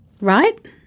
right